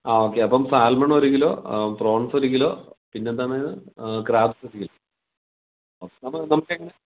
ആ ഒക്കെ അപ്പം സാൽമൺ ഒരു കിലോ പ്രോൺസ് ഒരു കിലോ പിന്നെന്താണ് ക്രാബ്സ് ഒരു കിലോ ഓക്കെ നമുക്ക് എങ്ങനെ